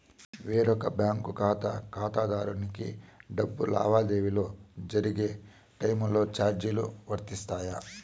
వేరొక బ్యాంకు ఖాతా ఖాతాదారునికి డబ్బు లావాదేవీలు జరిగే టైములో చార్జీలు వర్తిస్తాయా?